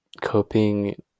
coping